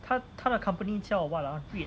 他他的 company 叫 what ah great